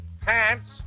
pants